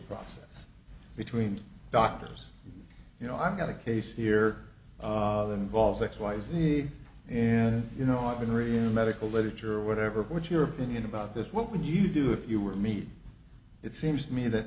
process between doctors you know i've got a case here of involves x y z and you know i've been really a medical literature or whatever what your opinion about this what would you do if you were me it seems to me that